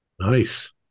Nice